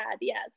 yes